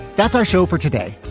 that's our show for today.